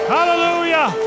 Hallelujah